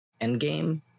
Endgame